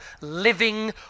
living